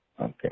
Okay